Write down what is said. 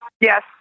Yes